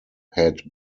had